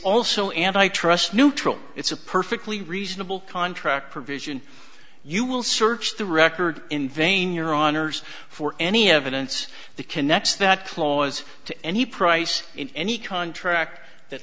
also antitrust neutral it's a perfectly reasonable contract provision you will search the record invain your honour's for any evidence that connects that clause to any price in any contract that